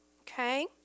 Okay